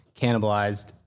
cannibalized